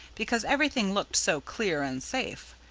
because everything looked so clear and safe.